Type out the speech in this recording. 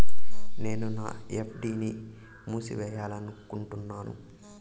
నేను నా ఎఫ్.డి ని మూసేయాలనుకుంటున్నాను